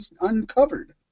uncovered